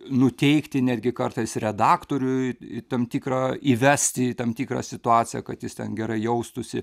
nuteikti netgi kartais redaktoriui į tam tikrą įvesti į tam tikrą situaciją kad jis ten gerai jaustųsi